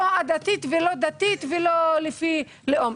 לא עדתית ולא דתית ולא לפי לאום.